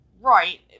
Right